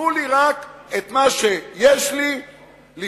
תנו לי רק את מה שיש לי לפדות